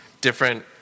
different